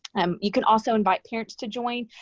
um you can also invite parents to join.